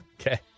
Okay